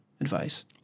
Advice